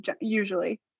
usually